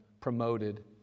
promoted